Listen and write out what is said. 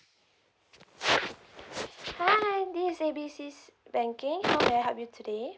hi this A B C banking how may I help you today